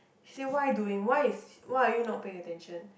she say what are you doing why is why are you not paying attention